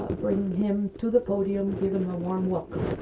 bring him to the podium, give him a warm welcome?